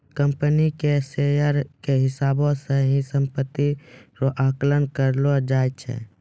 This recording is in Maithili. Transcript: कम्पनी के शेयर के हिसाबौ से ही सम्पत्ति रो आकलन करलो जाय छै